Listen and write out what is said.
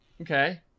okay